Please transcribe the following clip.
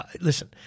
listen